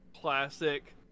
classic